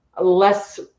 less